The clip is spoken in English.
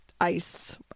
ice